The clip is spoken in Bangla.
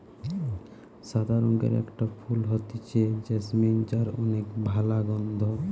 সাদা রঙের একটা ফুল হতিছে জেসমিন যার অনেক ভালা গন্ধ